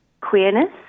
queerness